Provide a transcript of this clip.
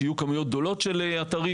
שיהיו כמויות גדולות של אתרים.